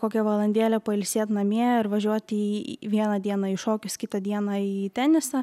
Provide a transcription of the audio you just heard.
kokią valandėlę pailsėt namie ir važiuoti į vieną dieną į šokius kitą dieną į tenisą